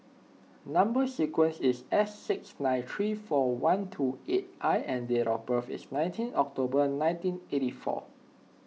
Number Sequence is S six nine three four one two eight I and date of birth is nineteenth October nineteen eighty four